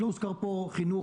לא הוזכר פה חינוך,